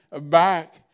back